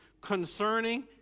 concerning